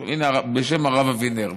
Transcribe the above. הינה, בשם הרב אבינר.